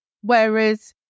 Whereas